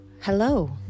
Hello